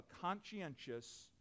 conscientious